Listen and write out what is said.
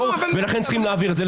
ולכן צריך להעביר את זה.